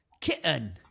Kitten